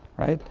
right.